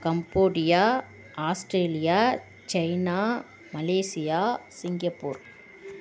Cambodia Australia China Malaysia Singapore